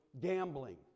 gambling